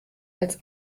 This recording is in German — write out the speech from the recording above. als